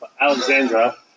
Alexandra